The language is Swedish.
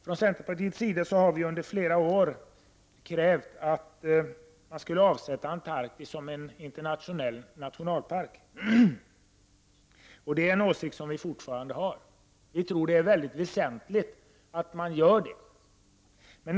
Från centerpartiet har vi under flera år krävt att man skall avsätta Antarktis som en internationell nationalpark. Den åsikten har vi fortfarande. Vi tycker att det är väsentligt att man gör det.